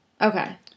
Okay